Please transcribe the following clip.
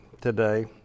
today